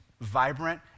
vibrant